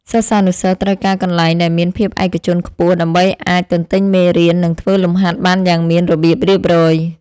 សិស្សានុសិស្សត្រូវការកន្លែងដែលមានភាពឯកជនខ្ពស់ដើម្បីអាចទន្ទិញមេរៀននិងធ្វើលំហាត់បានយ៉ាងមានរបៀបរៀបរយ។